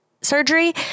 surgery